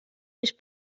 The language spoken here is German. mich